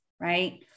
Right